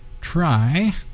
try